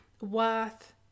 worth